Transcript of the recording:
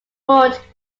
forte